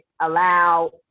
allow